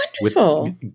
wonderful